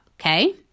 okay